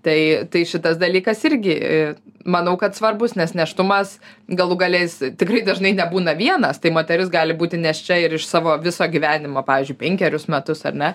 tai tai šitas dalykas irgi manau kad svarbus nes nėštumas galų gale jis tikrai dažnai nebūna vienas tai moteris gali būti nėščia ir iš savo viso gyvenimo pavyzdžiui penkerius metus ar ne